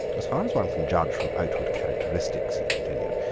as far as one can judge from outward characteristics, he continued,